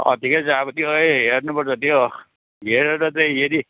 अँ ठिकै छ अब त्यही हेर्नुपर्छ त्यो हेरेर चाहिँ यदि